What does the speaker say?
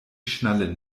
schnalle